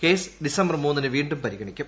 case December മൂന്നിന് വീണ്ടും പരിഗണിക്കും